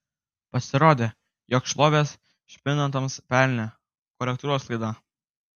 pasirodė jog šlovę špinatams pelnė korektūros klaida